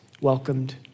welcomed